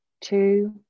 two